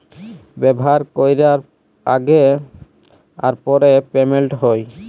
ব্যাভার ক্যরার আগে আর পরে পেমেল্ট হ্যয়